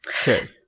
Okay